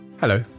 Hello